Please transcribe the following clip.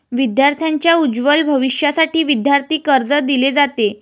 विद्यार्थांच्या उज्ज्वल भविष्यासाठी विद्यार्थी कर्ज दिले जाते